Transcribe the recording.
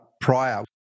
prior